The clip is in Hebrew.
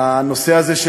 הנושא הזה,